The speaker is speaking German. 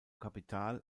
capital